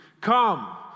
Come